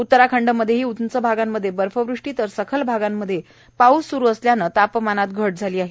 उत्तराखंडमध्येही उंच भागांमध्ये बर्फवृष्टी तर सखल भागांमध्ये पाऊस सुरू असल्यानं तापमानात घट झाली आहे